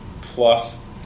plus